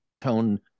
tone